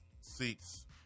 Seats